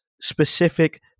specific